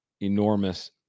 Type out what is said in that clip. enormous